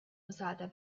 usata